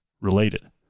related